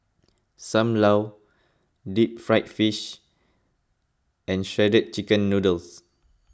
Sam Lau Deep Fried Fish and Shredded Chicken Noodles